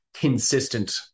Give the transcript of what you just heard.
consistent